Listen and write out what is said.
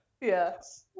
yes